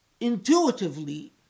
intuitively